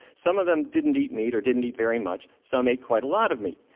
some of them didn't eat meat or didn't eat very much. some ate quite a lot of meat.